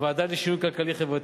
הוועדה לשינוי כלכלי-חברתי.